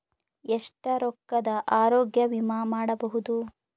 ಎಷ್ಟ ರೊಕ್ಕದ ಆರೋಗ್ಯ ವಿಮಾ ಮಾಡಬಹುದು?